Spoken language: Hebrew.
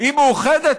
היא מאוחדת,